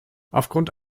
aufgrund